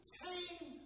came